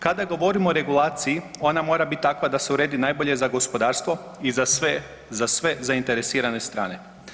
Kada govorimo o regulaciji ona mora biti takva da se uredi najbolje za gospodarstvo i za sve, za sve zainteresirane strane.